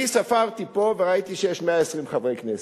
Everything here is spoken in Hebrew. אני ספרתי פה וראיתי שיש 120 חברי כנסת.